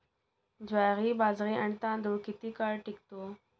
ज्वारी, बाजरी आणि तांदूळ किती काळ टिकतो?